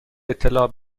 اطلاع